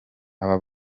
aba